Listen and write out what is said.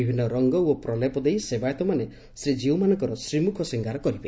ବିଭିନ୍ନ ରଙ୍ଗ ଓ ପ୍ରଲେପ ଦେଇ ସେବାୟତମାନେ ଶ୍ରୀଜୀଉମାନଙ୍କର ଶ୍ରୀମୁଖ ସିଙ୍ଗାର କରିବେ